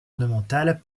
ornementales